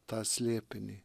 tą slėpinį